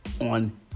on